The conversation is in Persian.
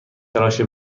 تراش